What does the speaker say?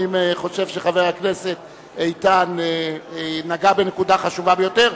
אני חושב שחבר הכנסת איתן נגע בנקודה חשובה ביותר.